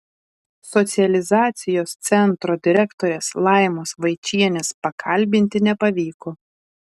socializacijos centro direktorės laimos vaičienės pakalbinti nepavyko